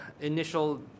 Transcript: initial